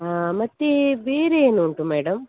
ಹಾಂ ಮತ್ತೆ ಬೇರೆ ಏನುಂಟು ಮೇಡಮ್